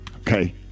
Okay